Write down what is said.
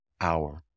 hour